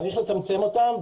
צריך לצמצם אותם,